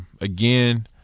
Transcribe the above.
again